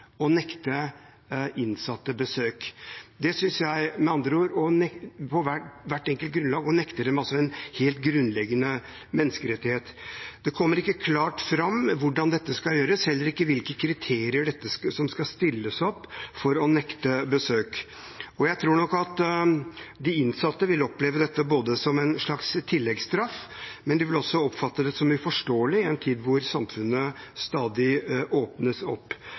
å nekte innsatte besøk, med andre ord på hvert enkelt grunnlag å nekte dem en helt grunnleggende menneskerettighet. Det kommer ikke klart fram hvordan dette skal gjøres, heller ikke hvilke kriterier som skal stilles for å nekte besøk. Jeg tror nok at de innsatte vil oppleve dette som en slags tilleggsstraff, og de vil oppfatte det som uforståelig i en tid da samfunnet stadig åpnes opp.